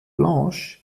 blanche